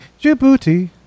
Djibouti